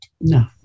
No